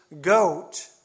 goat